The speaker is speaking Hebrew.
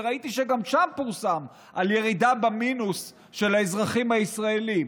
וראיתי שגם שם פורסם על ירידה במינוס של האזרחים הישראלים.